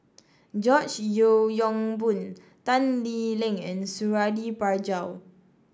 George Yeo Yong Boon Tan Lee Leng and Suradi Parjo